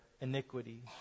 iniquity